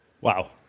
Wow